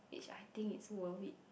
which I think it's worth it